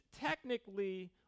technically